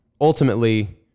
ultimately